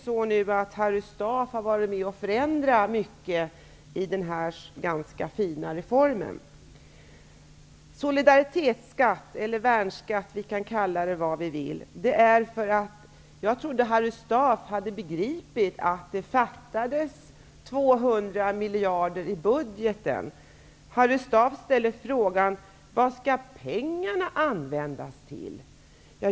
Tyvärr har Harry Staaf nu varit med och förändrat mycket i den ganska fina reformen. Solidaritetsskatt eller värnskatt -- vi kan kalla det vad vi vill -- men jag trodde att Harry Staaf hade begripit att det fattas 200 miljarder i budgeten. Harry Staaf ställde frågan: Vad skall pengarna användas till?